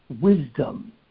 Wisdom